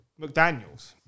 McDaniels